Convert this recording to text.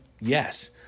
Yes